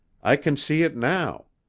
i can see it now.